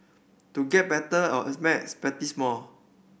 to get better all at maths practise more